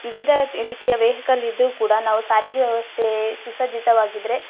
ವಿವಿಧ ರೀತಿಯ ವೆಹಿಕಲ್ ಇದ್ದರೂ ಕೂಡ ನಾವು ಸಾರಿಗೆ ವ್ಯವಸ್ಥೆ ಸುಸಜ್ಜಿತವಾಗಿದ್ದರೆ